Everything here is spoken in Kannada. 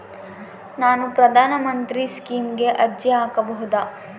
ನಾನು ಪ್ರಧಾನ ಮಂತ್ರಿ ಸ್ಕೇಮಿಗೆ ಅರ್ಜಿ ಹಾಕಬಹುದಾ?